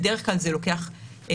בדרך כלל זה לוקח זמן.